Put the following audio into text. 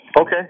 Okay